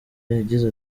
yagize